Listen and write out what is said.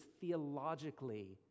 theologically